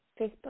Facebook